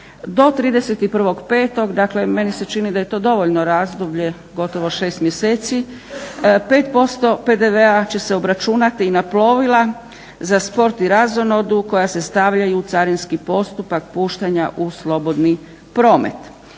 do 31.5., dakle meni se čini da je to dovoljno razdoblje gotovo 6 mjeseci 5% PDV-a će se obračunati i na plovila za sport i razonodu koja se stavljaju u carinski postupak puštanja u slobodni promet.